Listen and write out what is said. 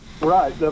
right